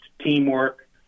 teamwork